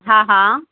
हा हा